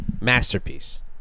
Masterpiece